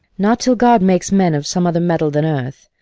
not till god make men of some other metal than earth.